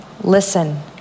listen